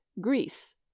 Greece